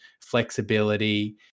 flexibility